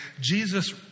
Jesus